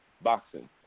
boxing